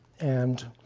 and